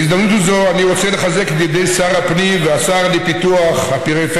בהזדמנות זו אני רוצה לחזק את ידי שר הפנים והשר לפיתוח הפריפריה,